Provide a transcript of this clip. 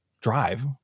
drive